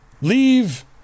leave